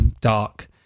dark